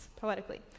poetically